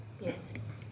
Yes